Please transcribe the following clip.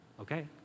okay